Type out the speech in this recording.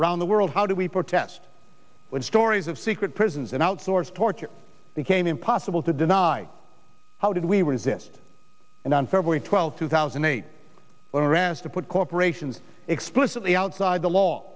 around the world how do we protest when stories of secret prisons and outsourced torture became impossible to deny how did we resist and on february twelfth two thousand and eight when iran's to put corporations explicitly outside the law